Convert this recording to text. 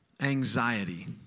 anxiety